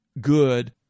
good